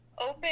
open